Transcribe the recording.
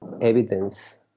evidence